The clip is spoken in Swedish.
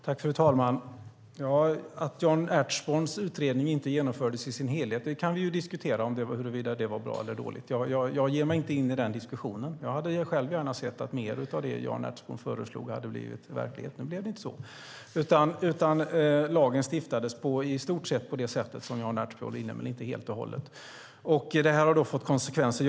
Fru talman! Huruvida det var bra eller dåligt att Jan Ertsborns utredning inte genomfördes i sin helhet kan vi diskutera. Jag ger mig inte in i den diskussionen. Jag hade själv gärna sett att mer av det som Jan Ertsborn föreslog hade blivit verklighet. Nu blev det inte så. Lagen stiftades på i stort sett det sätt som Jan Ertsborn var inne på men inte helt och hållet, och det har då fått konsekvenser.